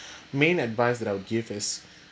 main advice that I would give is